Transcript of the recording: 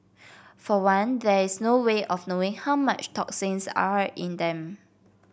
for one there is no way of knowing how much toxins are in them